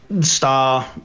star